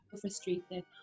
frustrated